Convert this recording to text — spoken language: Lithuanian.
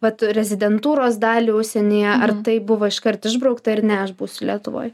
vat rezidentūros dalį užsienyje ar tai buvo iškart išbraukta ir ne aš būsiu lietuvoje